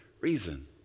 reason